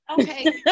Okay